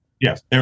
Yes